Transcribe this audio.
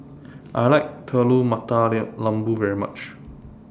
I like Telur Mata Lembu very much